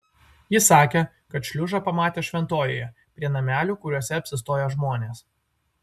ji sakė kad šliužą pamatė šventojoje prie namelių kuriuose apsistoja žmonės